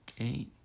Okay